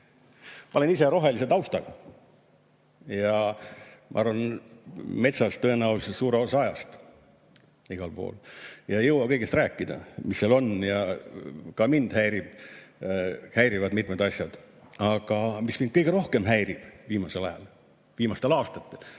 olen ise rohelise taustaga ja veedan metsas tõenäoliselt suure osa ajast, igal pool. Ei jõua kõigest rääkida, mis seal on. Ka mind häirivad mitmed asjad. Aga mis mind kõige rohkem häirib viimasel ajal, viimastel aastatel,